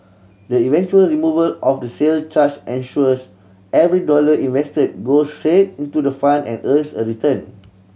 the eventual removal of the sale charge ensures every dollar invested goes straight into the fund and earns a return